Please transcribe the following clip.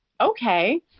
okay